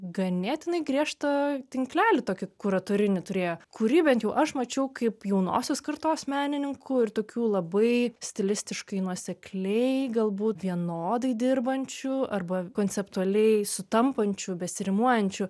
ganėtinai griežtą tinklelį tokį kuratorinį turėjo kurį bent jau aš mačiau kaip jaunosios kartos menininkų ir tokių labai stilistiškai nuosekliai galbūt vienodai dirbančių arba konceptualiai sutampančių besirimuojančių